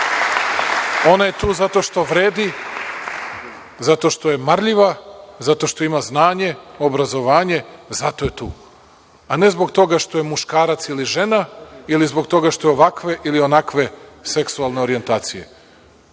ona je tu zato što vredi, zato što je marljiva, zato što ima znanje, obrazovanje, zato je tu, a ne zbog toga što je muškarac ili žena, ili zbog toga što je ovakve ili onakve seksualne orjentacije. Dakle,